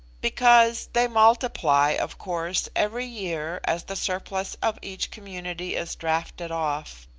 because they multiply, of course, every year as the surplus of each community is drafted off.